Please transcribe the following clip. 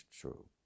true